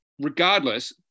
regardless